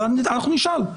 ואנחנו נשאל,